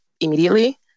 immediately